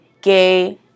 gay